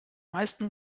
meisten